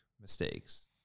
mistakes